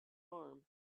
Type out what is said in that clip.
arm